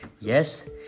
Yes